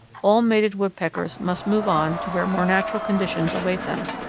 all mated woodpeckers must move on to where more natural conditions await them.